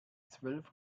zwölf